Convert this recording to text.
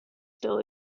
still